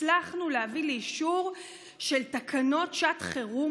הצלחנו להביא לאישור של תקנות שעת חירום